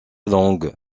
langue